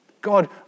God